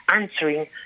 answering